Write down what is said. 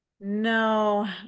no